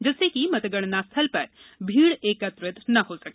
जिससे कि मतगणना स्थल पर भीड़ एकत्र न हो सके